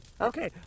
Okay